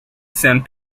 send